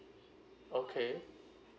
okay